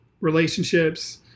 Relationships